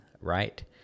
right